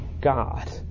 God